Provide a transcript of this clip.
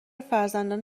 فرزندان